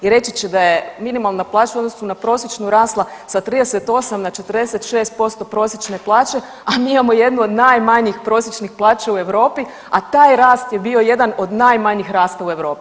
I reći će da je minimalna plaća u odnosu na prosječnu rasla sa 38 na 46% prosječne plaće, a mi imamo jednu od najmanjih prosječnih plaća u Europi, a taj rast je bio jedan od najmanjih rasta u Europi.